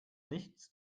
nichts